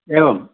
एवम्